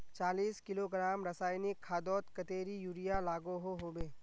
चालीस किलोग्राम रासायनिक खादोत कतेरी यूरिया लागोहो होबे?